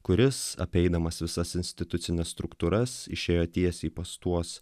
kuris apeidamas visas institucines struktūras išėjo tiesiai pas tuos